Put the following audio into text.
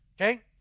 Okay